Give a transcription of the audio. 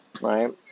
right